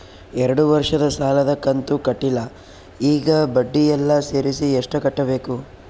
ಎರಡು ವರ್ಷದ ಸಾಲದ ಕಂತು ಕಟ್ಟಿಲ ಈಗ ಬಡ್ಡಿ ಎಲ್ಲಾ ಸೇರಿಸಿ ಎಷ್ಟ ಕಟ್ಟಬೇಕು?